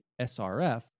SRF